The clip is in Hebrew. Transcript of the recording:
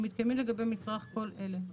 ומתקיימים לגבי המצרך כל אלה: